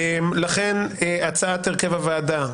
לכן הצעת הרכב הוועדה,